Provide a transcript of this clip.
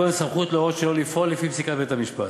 אין לשום גורם סמכות להורות שלא לפעול לפי פסיקת בית-המשפט.